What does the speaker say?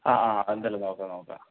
ആ ആ അത് എന്തായാലും നോക്കാം നോക്കാം